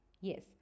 Yes